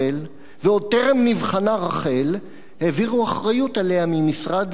ועוד טרם נבחנה רח"ל העבירו אחריות עליה ממשרד למשרד.